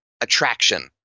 attraction